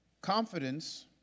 Confidence